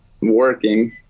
working